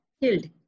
killed